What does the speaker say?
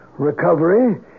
Recovery